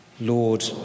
Lord